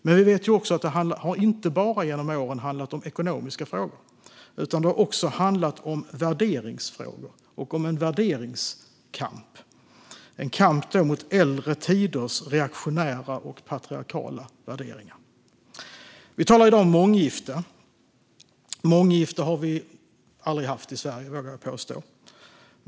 Men vi vet också att det under åren inte bara har handlat om ekonomiska frågor utan att det också har handlat om värderingsfrågor och en värderingskamp. Det har varit en kamp mot äldre tiders reaktionära och patriarkala värderingar. Vi talar i dag om månggifte. Vi har aldrig haft månggifte i Sverige, vågar jag påstå.